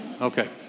Okay